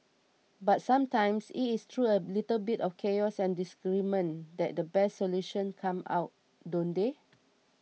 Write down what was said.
but sometimes it is through a little bit of chaos and disagreement that the best solutions come about don't they